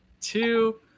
two